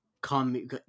come